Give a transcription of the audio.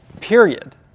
period